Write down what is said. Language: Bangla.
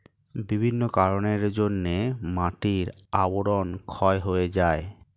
বিভিন্ন কারণের জন্যে মাটির আবরণ ক্ষয় হয়ে যায়